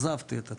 עזבתי את התפקיד.